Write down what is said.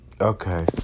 okay